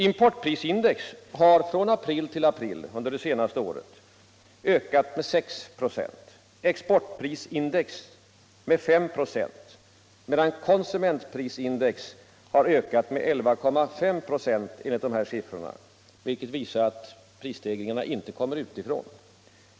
Importprisindex har från april till april det senaste året ökat med 6 96 och exportprisindex med 5 96 medan konsumentprisindex har ökat med 11,5 96, vilket visar att prisstegringarna inte kommer utifrån.